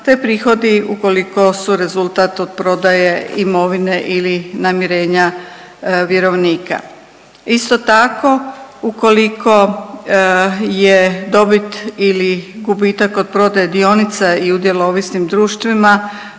te prihodi ukoliko su rezultat od prodaje imovine ili namirenja vjerovnika. Isto tako, ukoliko je dobit ili gubitak od prodaje dionica i udjela u ovisnim društvima